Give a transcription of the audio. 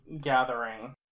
gathering